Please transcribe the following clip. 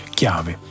chiave